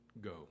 go